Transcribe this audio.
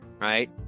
right